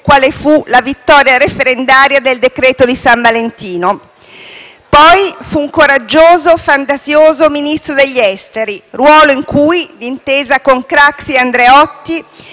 quale fu la vittoria referendaria del cosiddetto decreto di San Valentino. Fu poi un coraggioso e fantasioso Ministro degli esteri, ruolo in cui, d'intesa con Craxi e Andreotti,